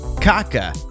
Kaka